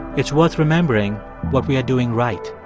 it's worth remembering what we are doing right.